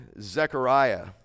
Zechariah